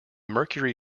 mercury